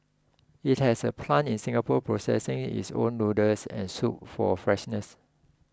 it has a plant in Singapore processing its own noodles and soup for freshness